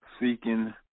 seeking